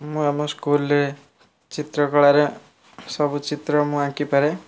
ମୁଁ ଆମ ସ୍କୁଲ୍ରେ ଚିତ୍ରକଳାରେ ସବୁ ଚିତ୍ର ମୁଁ ଆଙ୍କି ପାରେ